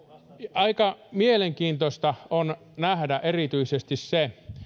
aika mielenkiintoista on nähdä erityisesti se